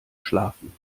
schlafen